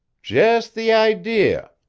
just the idea.